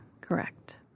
Correct